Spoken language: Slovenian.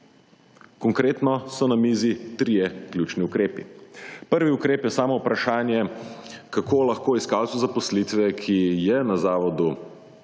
Konkretno so na mizi trije ključni ukrepi. Prvi ukrep je samovprašanje, kako lahko iskalcu zaposlitve, ki je na Zavodu